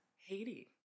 Haiti